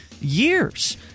years